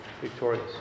victorious